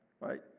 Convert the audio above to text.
right